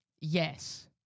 Yes